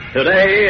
Today